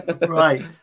Right